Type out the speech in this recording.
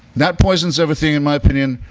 that poisons everything, in my opinion.